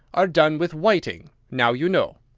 are done with whiting. now you know.